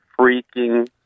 freaking